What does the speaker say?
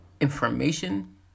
information